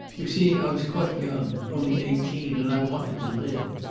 you see, i was quite young only eighteen and i wanted to live.